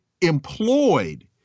employed